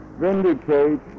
vindicate